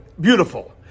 Beautiful